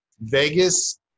Vegas